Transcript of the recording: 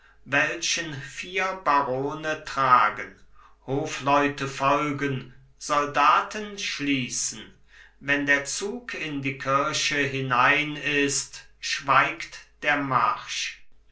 welchen vier barone tragen hofleute folgen soldaten schließen wenn der zug in die kirche hinein ist schweigt der marsch